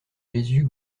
jésus